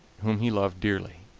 whom he loved dearly.